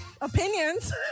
opinions